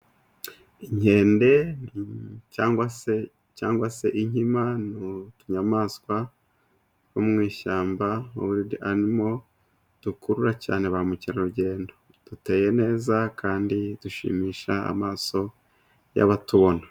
Inkende cyangwa se, cyangwa se inkima n'utunyamaswa two mu ishyamba wiridi animo, dukurura cyane bamukerarugendo duteye neza kandi dushimisha amaso y'abatubona.